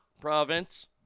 province